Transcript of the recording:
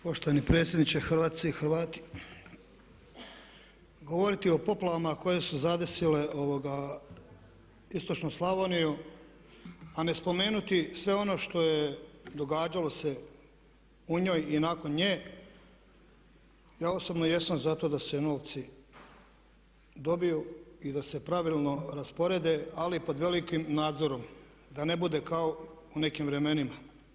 Poštovani predsjedniče, Hrvatice i Hrvati govoriti o poplavama koje su zadesile istočnu Slavoniju a ne spomenuti sve ono što je događalo se u njoj i nakon nje, ja osobno jesam za to da se novci dobiju i da se pravilno rasporede ali pod velikim nadzorom, da ne bude kao u nekim vremenima.